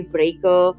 Breaker